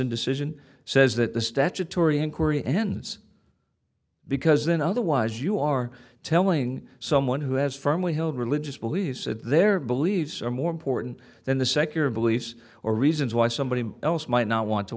decision says that the statutory inquiry ends because then otherwise you are telling someone who has firmly held religious beliefs that their beliefs are more important than the secular beliefs or reasons why somebody else might not want to